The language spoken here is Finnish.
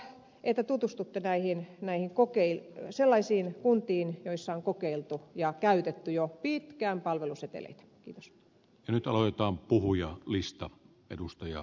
toivon että tutustutte sellaisiin kuntiin joissa on kokeiltu ja käytetty jo pitkään palveluseteleitä kiitos nyt aloitan puhuja lista edustaja